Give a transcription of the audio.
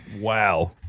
Wow